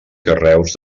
carreus